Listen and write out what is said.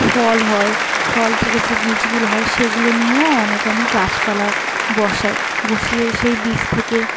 ফল হয় ফল থেকে যে বীজগুলো হয় সেগুলো নিয়েও অনেক আমি গাছপালা বসাই বসিয়ে সেই বীজ থেকে